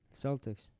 Celtics